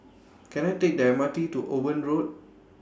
Can I Take The M R T to Owen Road